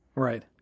Right